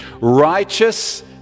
righteous